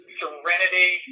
serenity